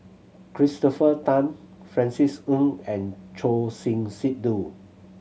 Christopher Tan Francis Ng and Choor Singh Sidhu